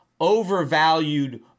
overvalued